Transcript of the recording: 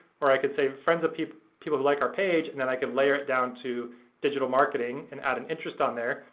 or i could say friends of people people who like our page, and then i could layer it down to digital marketing and add an interest on there,